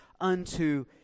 unto